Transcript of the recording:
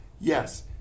Yes